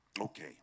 Okay